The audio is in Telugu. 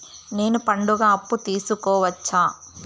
నేను పండుగ అప్పు తీసుకోవచ్చా?